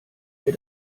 wir